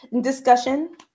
discussion